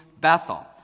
Bethel